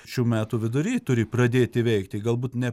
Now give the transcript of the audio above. šių metų vidury turi pradėti veikti galbūt ne